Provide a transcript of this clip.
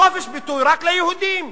חופש ביטוי, רק ליהודים.